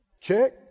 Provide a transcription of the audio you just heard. Check